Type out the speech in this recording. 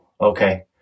okay